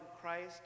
Christ